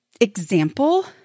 example